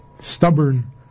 stubborn